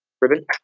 Ribbon